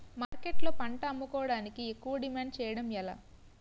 మార్కెట్లో పంట అమ్ముకోడానికి ఎక్కువ డిమాండ్ చేయడం ఎలా?